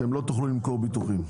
אתם לא תוכלו למכור ביטוחים.